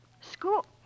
School